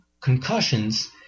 concussions